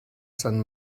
sant